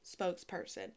spokesperson